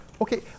Okay